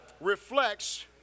reflects